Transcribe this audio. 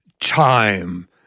time